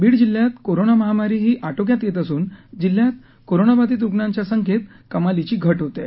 बीड जिल्ह्यात कोरोना महामारी ही आटोक्यात येत असून जिल्ह्यात कोरोनाबाधित रूग्णाच्या संख्येत कमालीची घट होतीय